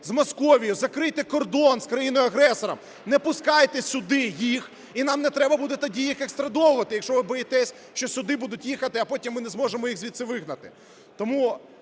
з Московією, закрийте кордон з країною-агресором, не пускайте сюди їх - і нам не треба буде тоді їх екстрадовувати, якщо ви боїтесь, що сюди будуть їхати, а потім ми не зможемо їх звідси вигнати.